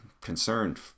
concerned